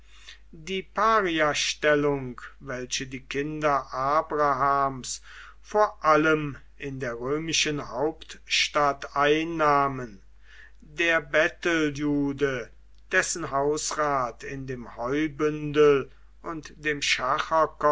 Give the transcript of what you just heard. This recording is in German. die pariastellung welche die kinder abrahams vor allem in der römischen hauptstadt einnahmen der betteljude dessen hausrat in dem heubündel und dem